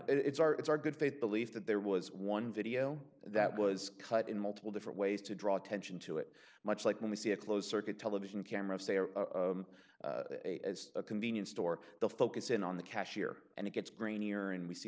it's our it's our good faith belief that there was one video that was cut in multiple different ways to draw attention to it much like when we see a closed circuit television cameras say or a convenience store the focus in on the cashier and it gets grainier and we see